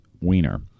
wiener